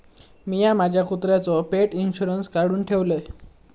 मिया माझ्या कुत्र्याचो पेट इंशुरन्स काढुन ठेवलय